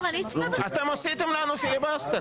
אתם עשיתם לנו פיליבסטר.